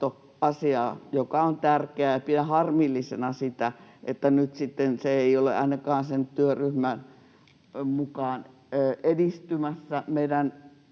joka on tärkeä. Pidän harmillisena sitä, että se ei nyt sitten ole ainakaan sen työryhmän mukaan edistymässä. Meidän